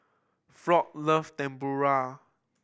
Floyd love Tempura